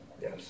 Yes